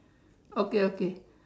okay okay